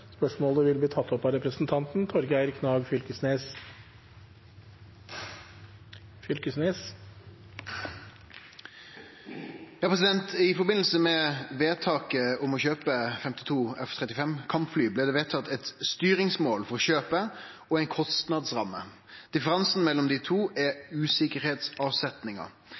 vil bli tatt opp av representanten Torgeir Knag Fylkesnes. «I forbindelse med vedtaket om å kjøpe 52 F-35 kampfly ble det vedtatt et styringsmål for kjøpet og en kostnadsramme. Differensen mellom de to er usikkerhetsavsetningen.